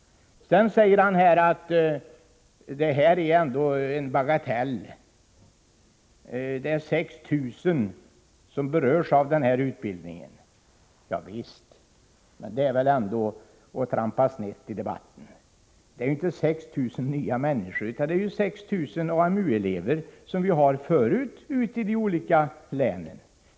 Sedan säger Lars Ulander att det är en bagatell vi diskuterar —6 000 berörs av denna utbildning ute i länen. Ja visst! Men det är väl ändå att trampa snett i debatten! Det är inte 6 000 nya människor, utan det är 6 000 AMU-elever som vi har förut ute i de olika länen.